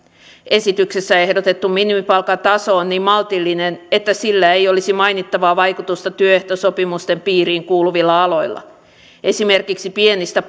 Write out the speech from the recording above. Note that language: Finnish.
esityksessä ehdotettu minimipalkan taso on niin maltillinen että sillä ei olisi mainittavaa vaikutusta työehtosopimusten piiriin kuuluvilla aloilla esimerkiksi pienistä